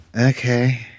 Okay